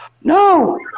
No